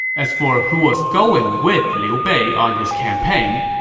as for who was going with liu bei on his campaign,